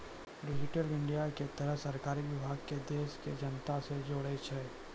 digital India के तहत सरकारी विभाग के देश के जनता से जोड़ै छै